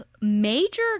major